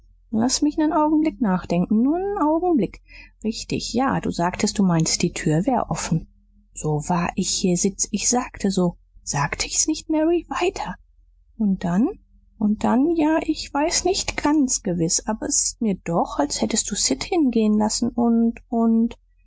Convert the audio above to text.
laß mich nen augenblick nachdenken nur nen augenblick richtig ja du sagtest du meintest die tür wär offen so wahr ich hier sitz ich sagte so sagt ich's nicht mary weiter und dann und dann ja ich weiß nicht ganz gewiß aber s ist mir doch als hättst du sid hingehen lassen und und